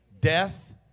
Death